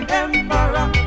emperor